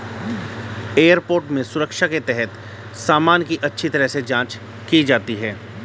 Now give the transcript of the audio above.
airport में सुरक्षा के तहत सामान की अच्छी तरह से जांच की जाती है